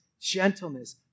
gentleness